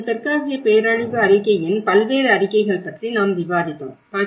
மேலும் தெற்காசிய பேரழிவு அறிக்கையின் பல்வேறு அறிக்கைகள் பற்றி நாம் விவாதித்தோம்